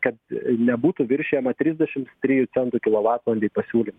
kad nebūtų viršijama trisdešimt trijų centų kilovatvalandei pasiūlymas